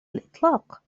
الإطلاق